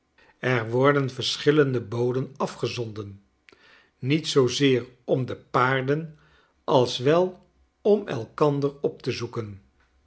er worden verschillende boden afgezonden niet zoozeer om de paarden als wel om elkander op te zoeken